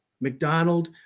McDonald